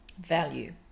value